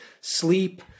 sleep